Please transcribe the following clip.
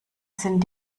sind